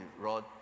rod